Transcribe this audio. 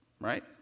Right